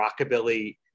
rockabilly